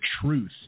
truth